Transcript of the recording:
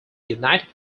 united